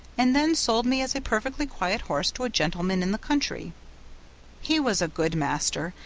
and then sold me as a perfectly quiet horse to a gentleman in the country he was a good master,